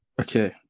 Okay